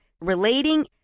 relating